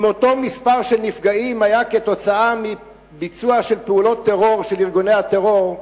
אם אותו מספר של נפגעים היה כתוצאה מפעולות טרור של ארגוני הטרור,